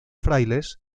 frailes